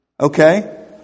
Okay